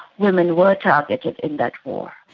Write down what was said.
women were targeted in that war.